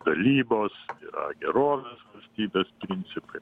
dalybos yra gerovės valstybės principai